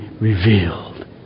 revealed